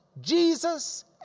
Jesus